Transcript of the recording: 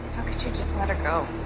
how could you just let her go?